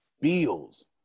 bills